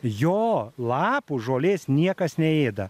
jo lapų žolės niekas neėda